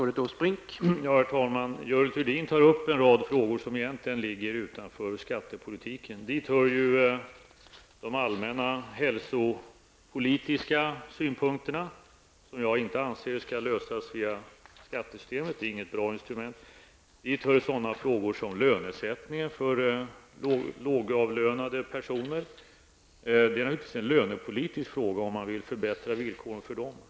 Herr talman! Görel Thurdin tar upp en rad frågor som egentligen ligger utanför skattepolitiken. Dit hör de allmäna hälsopolitiska synpunkterna. De problemen skall, anser jag, inte lösas via skattesystemet; det är inget bra instrument. Dit hör vidare sådana frågor som lönesättningen för lågavlönade. Det är naturligtvis en lönepolitisk fråga om man vill förbättra villkoren för dem.